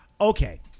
Okay